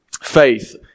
faith